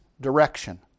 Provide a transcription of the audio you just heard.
direction